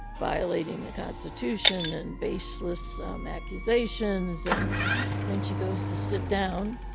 violating the constitution and baseless accusations. and then she goes to sit down.